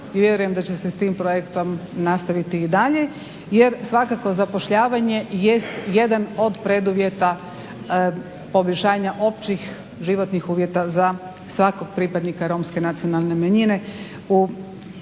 i vjerujem da će se s tim projektom nastaviti i dalje, jer svakako zapošljavanje jest jedan od preduvjeta poboljšanja općih životnih uvjeta za svakog pripadnika Romske nacionalne manjine